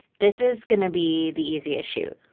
this is going to be the easy issue.